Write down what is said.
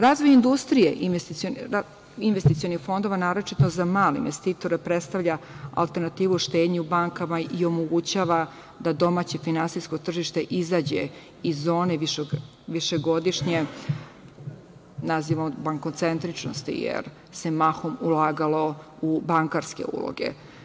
Razvoj industrije investicionih fondova, naročito za male investitore predstavlja alternativu štednje bankama i omogućava da domaće finansijsko tržište izađe iz zone višegodišnje bankocentričnosti, jer se mahom ulagalo u bankarske uloge.